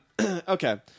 Okay